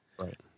Right